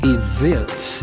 events